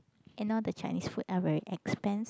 and all the Chinese food are very expensive